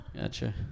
Gotcha